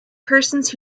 persons